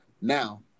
Now